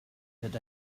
had